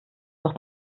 doch